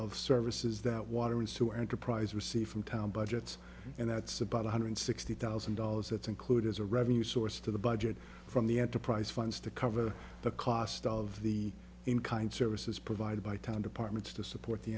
of services that water and sewer enterprise receive from town budgets and that's about one hundred sixty thousand dollars that's included as a revenue source to the budget from the enterprise funds to cover the cost of the in kind services provided by town departments to support the